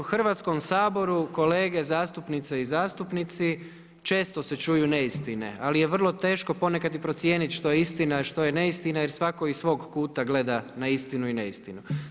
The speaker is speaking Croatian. U Hrvatskom saboru, kolege zastupnice i zastupnici, često je čuju neistine, ali je vrlo teško ponekad i procijeniti što je istina a što je neistina, jer svatko iz svog kuta gleda na istinu i neistinu.